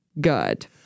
good